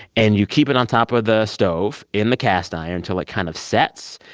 and you keep it on top of the stove in the cast iron until it kind of sets.